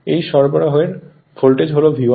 এই সরবরাহের ভোল্টেজ হল V1